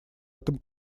этом